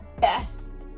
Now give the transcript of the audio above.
best